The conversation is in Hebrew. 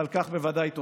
ועל כך בוודאי תודה.